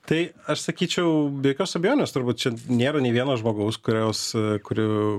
tai aš sakyčiau be jokios abejonės turbūt čia nėra nei vieno žmogaus kurios kurio